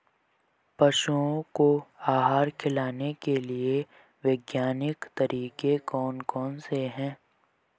पशुओं को आहार खिलाने के लिए वैज्ञानिक तरीके कौन कौन से हैं?